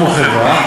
אם החברה,